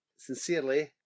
sincerely